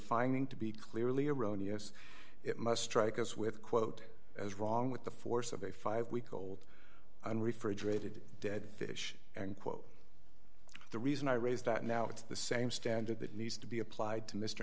finding to be clearly erroneous it must write as with quote as wrong with the force of a five week old unrefrigerated dead fish and quote the reason i raise that now it's the same standard that needs to be applied to mr